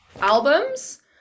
albums